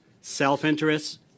self-interest